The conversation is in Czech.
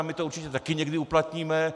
My to určitě taky někdy uplatníme.